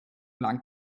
lange